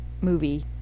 movie